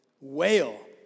Wail